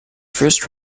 first